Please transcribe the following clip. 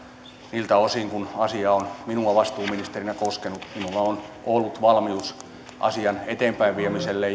niiltä osin kuin asia on minua vastuuministerinä koskenut minulla on ollut valmius asian eteenpäinviemiselle